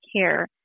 care